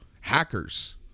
hackers